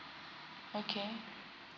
okay